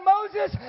Moses